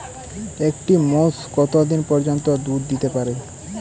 একটি মোষ কত দিন পর্যন্ত দুধ দিতে পারে?